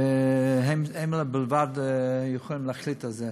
והם בלבד יכולים להחליט על זה.